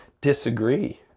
disagree